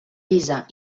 llisa